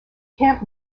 camp